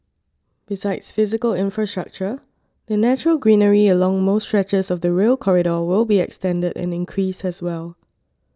besides physical infrastructure the natural greenery along most stretches of the Rail Corridor will be extended and increased as well